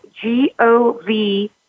G-O-V